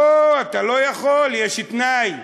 לא, אתה לא יכול, יש תנאי: